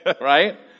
right